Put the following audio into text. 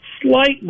slightly